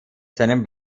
seinem